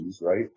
right